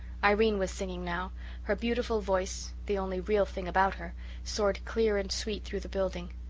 irene was singing now her beautiful voice the only real thing about her soared clear and sweet through the building.